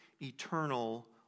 eternal